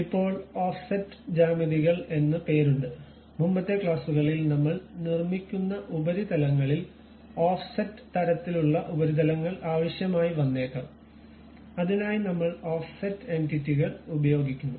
ഇപ്പോൾ ഓഫ്സെറ്റ് ജ്യാമിതികൾ എന്ന് പേരുണ്ട് മുമ്പത്തെ ക്ലാസുകളിൽ നമ്മൾ നിർമ്മിക്കുന്ന ഉപരിതലങ്ങളിൽ ഓഫ്സെറ്റ് തരത്തിലുള്ള ഉപരിതലങ്ങൾ ആവശ്യമായി വന്നേക്കാം അതിനായി നമ്മൾ ഓഫ്സെറ്റ് എന്റിറ്റികൾ ഉപയോഗിക്കുന്നു